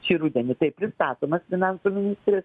šį rudenį taip pristatomas finansų ministrės